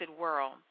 world